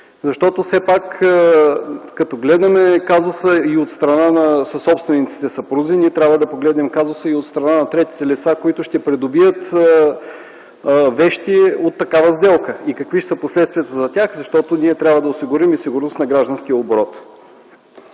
и тези случаи. Като гледаме казуса от страна на съсобствениците – съпрузи, трябва да погледнем казуса и от страна на третите лица, които ще придобият вещи от такава сделка, и какви са последствията за тях, защото ние трябва да осигурим и сигурност на гражданския оборот.